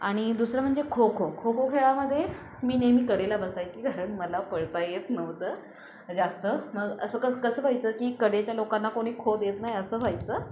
आणि दुसरं म्हणजे खो खो खो खो खेळामध्ये मी नेहमी कडेला बसायची कारण मला पळता येत नव्हतं जास्त मग असं कस कसं व्हायचं की कडेच्या लोकांना कोणी खो देत नाही असं व्हायचं